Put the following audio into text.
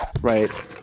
right